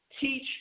teach